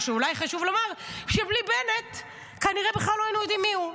או שאולי חשוב לומר שבלי בנט כנראה בכלל לא היינו יודעים מי הוא.